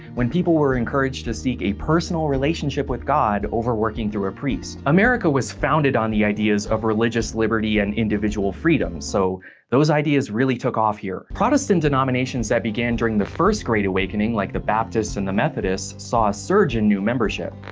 when people were encouraged to seek a personal relationship with god over working through a priest. america was founded on the ideas of religious liberty and individual freedom, so those ideas really took off here. protestant denominations that began during the first great awakening, like the baptists and the methodists, saw a surge in new membership,